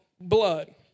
blood